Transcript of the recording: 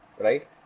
right